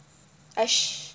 I sh~